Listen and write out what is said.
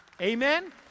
Amen